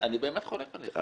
אני באמת חולק עליך,